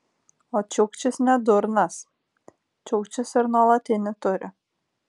o čiukčis ne durnas čiukčis ir nuolatinį turi